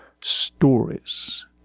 stories